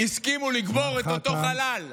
הסכימו לקבור את אותו חלל,